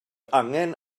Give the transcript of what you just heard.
angen